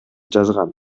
жазган